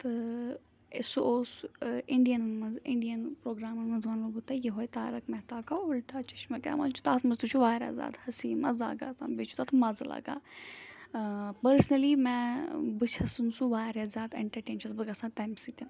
تہٕ سُہ اوس اِنڈِیَنن منٛز اِنڈیَن پرٛوگرامن منٛز وَنو بہٕ تۄہہِ یِہوے تارَک محتو اُلٹا چشما کیٛاہ وَنہِ چھُ تَتھ منٛز تہِ چھُ وارِیاہ زیادٕ ہسی مزاق آسان بیٚیہِ چھُ تَتھ مَزٕ لَگان پٔرسٕنلی میں بہٕ چھَسن سُہ وارِیاہ زیادٕ اٮ۪نٹَرٹین چھَس بہٕ گژھان تَمہِ سۭتۍ